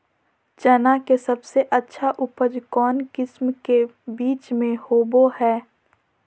चना के सबसे अच्छा उपज कौन किस्म के बीच में होबो हय?